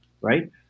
Right